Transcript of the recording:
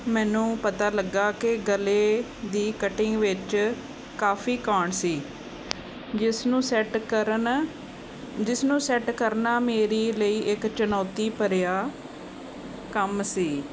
ਮੈਨੂੰ ਪਤਾ ਲੱਗਿਆ ਕਿ ਗਲੇ ਦੀ ਕਟਿੰਗ ਵਿੱਚ ਕਾਫ਼ੀ ਕਾਣ ਸੀ ਜਿਸ ਨੂੰ ਸੈੱਟ ਕਰਨ ਜਿਸ ਨੂੰ ਸੈੱਟ ਕਰਨਾ ਮੇਰੀ ਲਈ ਇੱਕ ਚੁਣੌਤੀ ਭਰਿਆ ਕੰਮ ਸੀ